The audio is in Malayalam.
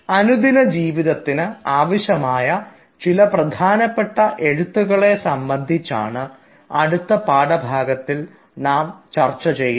അനുദിന ജീവിതത്തിന് ആവശ്യമായ ചില പ്രധാനപ്പെട്ട എഴുത്തുകളെ സംബന്ധിച്ചാണ് അടുത്ത പാഠഭാഗത്തിൽ നാം ചർച്ച ചെയ്യുന്നത്